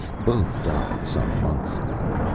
both died some months ago.